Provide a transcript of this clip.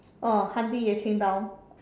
oh hunting Yue-Qing down